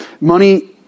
Money